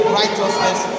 righteousness